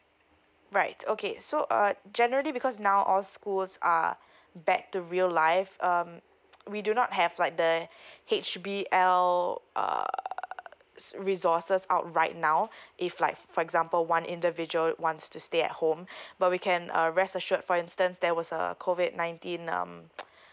right okay so uh generally because now all schools are back to real life um we do not have like the H_B_L uh resources out right now if like for example one individual wants to stay at home but we can uh rest assured for instance there was a COVID nineteen um